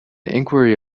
inquiry